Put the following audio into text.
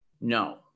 No